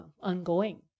ongoing